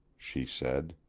she said.